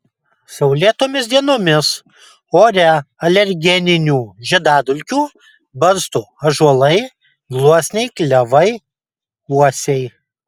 saulėtomis dienomis ore alergeninių žiedadulkių barsto ąžuolai gluosniai klevai uosiai